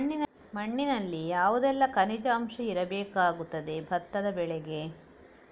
ಮಣ್ಣಿನಲ್ಲಿ ಯಾವುದೆಲ್ಲ ಖನಿಜ ಅಂಶ ಇರಬೇಕಾಗುತ್ತದೆ ಭತ್ತದ ಬೆಳೆಗೆ?